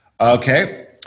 Okay